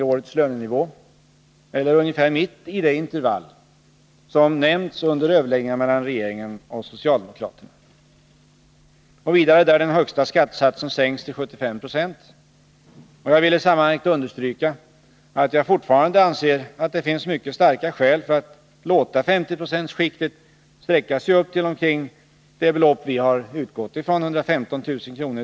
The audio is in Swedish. i årets lönenivå, alltså slutade ungefär mitt i det intervall som nämnts under överläggningarna mellan regeringen och socialdemokraterna, och där den högsta skattesatsen vidare sänkts till 75 20. Jag vill i sammanhanget understryka att jag fortfarande anser att det finns mycket starka skäl för att låta 50 9o-skiktet sträcka sig upp till det belopp vi utgått ifrån, omkring 115 000 kr.